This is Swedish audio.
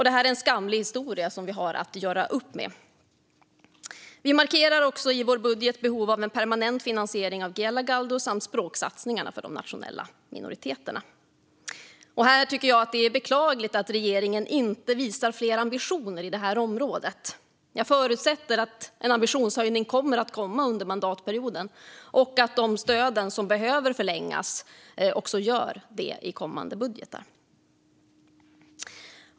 Detta är en skamlig historia som vi har att göra upp med. Vi markerar också i vår budget behovet av en permanent finansiering av Giellagáldu samt språksatsningarna för de nationella minoriteterna. Jag tycker att det är beklagligt att regeringen inte visar fler ambitioner på detta område. Jag förutsätter att en ambitionshöjning kommer att komma under mandatperioden och att de stöd som behöver förlängas verkligen förlängs i kommande budgetar.